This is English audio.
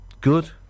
Good